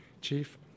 Chief